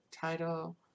title